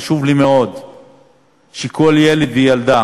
חשוב לי מאוד שכל ילד וילדה